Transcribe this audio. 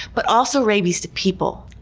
but also rabies to people.